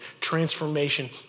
transformation